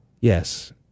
Yes